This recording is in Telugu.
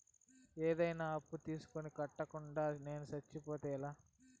ఏదైనా అప్పు తీసుకొని కట్టకుండా నేను సచ్చిపోతే ఎలా